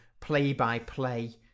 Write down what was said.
play-by-play